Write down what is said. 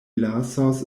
lasos